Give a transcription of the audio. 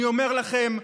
אני אומר לכם,